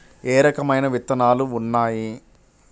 ఏ రకమైన విత్తనాలు ఉన్నాయి?